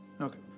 okay